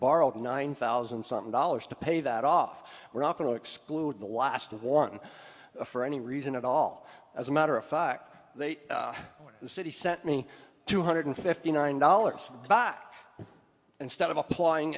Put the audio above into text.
borrowed nine thousand something dollars to pay that off we're not going to exclude the last one for any reason at all as a matter of fact they want the city sent me two hundred fifty nine dollars but instead of applying